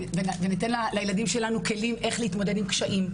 וניתן לילדים שלנו כלים איך להתמודד עם קשיים,